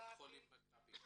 קופת חולים מכבי.